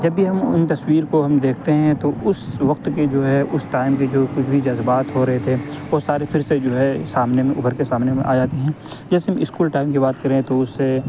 جب بھی ہم ان تصویر کو ہم دیکھتے ہیں تو اس وقت کے جو ہے اس ٹائم کے جو کچھ بھی جذبات ہو رہے تھے وہ سارے پھر سے جو ہے سامنے میں ابھر کے سامنے میں آ جاتے ہیں جیسے ہم اسکول ٹائم کی بات کریں تو اسے